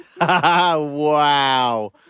Wow